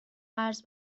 قرض